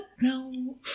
No